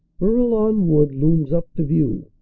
bourlon wood looms up to view,